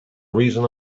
reason